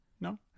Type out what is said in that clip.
No